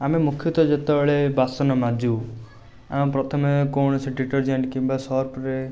ଆମେ ମୁଖ୍ୟତଃ ଯେତେବେଳେ ବାସନ ମାଜୁ ଆମେ ପ୍ରଥମେ କୌଣସି ଡିଟର୍ଜେଣ୍ଟ୍ କିମ୍ବା ସର୍ଫରେ